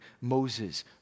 Moses